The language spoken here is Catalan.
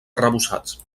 arrebossats